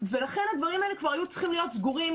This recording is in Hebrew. ולכן הדברים האלה כבר היו צריכים להיות סגורים,